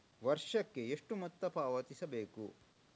ವರ್ಷಕ್ಕೆ ಎಷ್ಟು ಮೊತ್ತ ಪಾವತಿಸಬೇಕು?